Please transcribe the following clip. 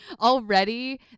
already